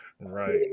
Right